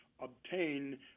Obtain